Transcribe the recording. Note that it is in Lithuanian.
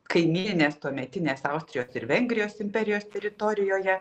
kaimyninės tuometinės austrijos vengrijos imperijos teritorijoje